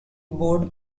board